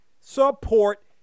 support